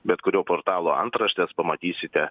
bet kurio portalo antraštes pamatysite